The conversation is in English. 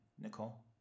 Nicole